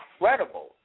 incredible